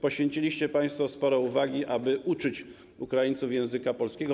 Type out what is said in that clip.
Poświęciliście państwo sporo uwagi temu, aby uczyć Ukraińców języka polskiego.